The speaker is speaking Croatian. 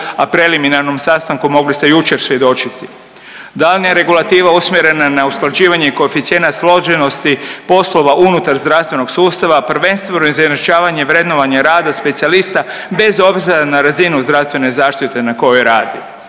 a preliminarnom sastanku mogli ste jučer svjedočiti. Daljnja regulativa usmjerena je na usklađivanje koeficijenata složenosti poslova unutar zdravstvenog sustava, a prvenstveno izjednačavanja vrednovanja rada specijalista bez obzira na razinu zdravstvene zaštite na kojoj radi.